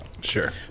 sure